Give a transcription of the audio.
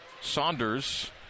Saunders